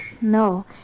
No